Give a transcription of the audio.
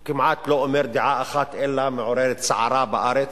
הוא כמעט לא אומר דעה אחת שלא מעוררת סערה בארץ.